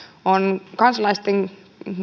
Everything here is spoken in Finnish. on kansalaisten